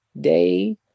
day